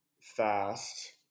fast